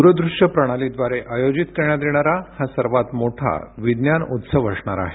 द्रदृश्य प्रणालीव्रारे आयोजित करण्यात येणारा हा सर्वात मोठा विज्ञान उत्सव असणार आहे